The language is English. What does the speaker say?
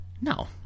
No